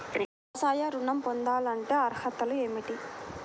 వ్యవసాయ ఋణం పొందాలంటే అర్హతలు ఏమిటి?